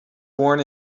born